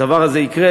הדבר הזה יקרה,